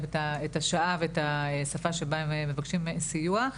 את השעה ואת השפה שבה הם מבקשים סיוע.